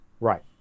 Right